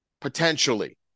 potentially